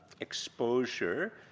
exposure